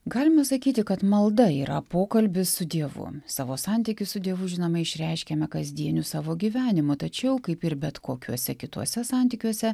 galima sakyti kad malda yra pokalbis su dievu savo santykį su dievu žinoma išreiškiame kasdieniu savo gyvenimu tačiau kaip ir bet kokiuose kituose santykiuose